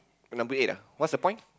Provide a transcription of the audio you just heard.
number eight ah what's the point